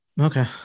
Okay